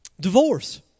Divorce